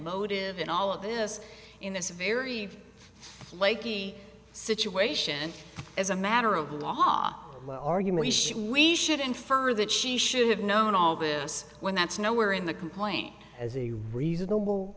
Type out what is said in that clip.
motive in all of this in this very flaky situation as a matter of law argument we should infer that she should have known all this when that's nowhere in the complaint as a reasonable